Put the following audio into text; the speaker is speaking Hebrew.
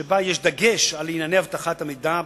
שבה יש דגש על ענייני אבטחת המידע במאגר.